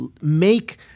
make